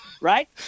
right